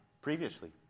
previously